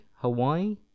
Hawaii